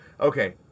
Okay